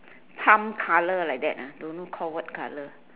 color like that ah don't know call what color